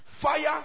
fire